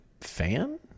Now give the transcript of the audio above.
fan